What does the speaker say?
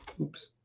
oops